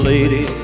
Lady